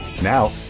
Now